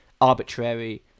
arbitrary